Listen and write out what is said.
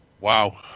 Wow